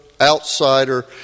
outsider